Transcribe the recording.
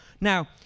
Now